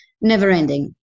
never-ending